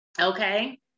okay